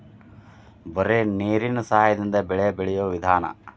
ಬರೇ ನೇರೇನ ಸಹಾದಿಂದ ಬೆಳೆ ಬೆಳಿಯು ವಿಧಾನಾ